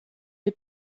est